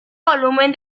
volumen